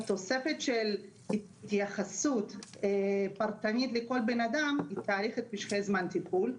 התוספת של התייחסות פרטנית לכל בן-אדם תאריך את משכי זמן טיפול.